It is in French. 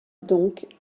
donc